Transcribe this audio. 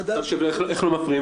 (היו"ר איתן